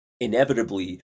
inevitably